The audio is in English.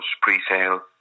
pre-sale